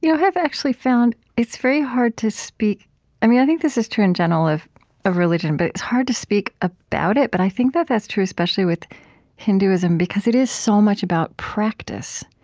you know have actually found it's very hard to speak um yeah i think this is true in general of ah religion, that but it's hard to speak about it but i think that that's true especially with hinduism because it is so much about practice.